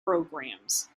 programs